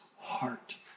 heart